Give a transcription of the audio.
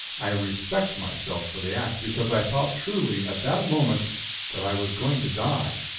i respect myself for the act, because i thought truly at that moment that i was going to die.